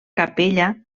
capella